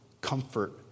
comfort